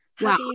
Wow